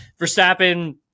Verstappen